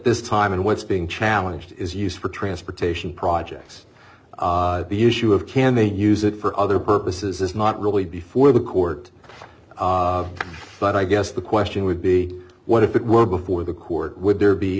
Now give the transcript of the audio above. this time and what's being challenged is used for transportation projects the usual can they use it for other purposes is not really before the court but i guess the question would be what if it were before the court would there be